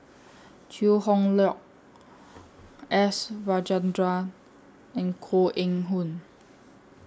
Chew Hock Leong S Rajendran and Koh Eng Hoon